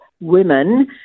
women